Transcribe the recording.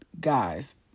Guys